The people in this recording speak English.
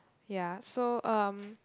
ya so um